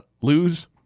lose